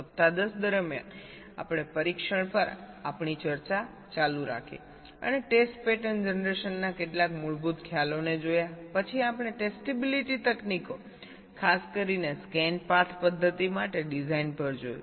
સપ્તાહ 10 દરમિયાન આપણે પરીક્ષણ પર આપણી ચર્ચા ચાલુ રાખી અને ટેસ્ટ પેટર્ન જનરેશનના કેટલાક મૂળભૂત ખ્યાલોને જોયા પછી આપણે ટેસ્ટિબિલિટી તકનીકો ખાસ કરીને સ્કેન પાથ પદ્ધતિ માટે ડિઝાઇન પર જોયું